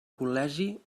col·legi